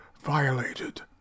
violated